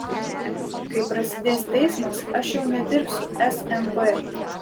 kai prasidės teismas aš jau nedirbsiu smp